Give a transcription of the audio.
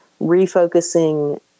refocusing